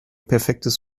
perfektes